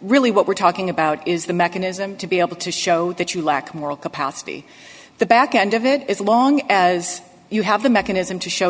really what we're talking about is the mechanism to be able to show that you lack moral capacity the back end of it as long as you have the mechanism to show